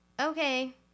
okay